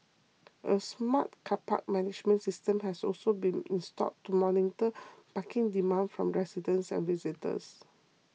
a smart car park management system has also been installed to monitor parking demand from residents and visitors